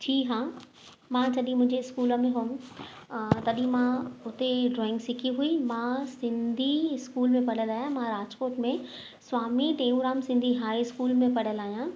जी हां मां जॾहिं मुंहिंजे स्कूल में हुअम तॾहिं मां हुते ई ड्रॉइंग सिखी हुई मां सिंधी स्कूल में पढ़ियलु आहियां मां राजकोट में स्वामी टेऊराम सिंधी हाई स्कूल में पढ़ियल आहियां